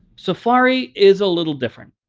safari is a little different.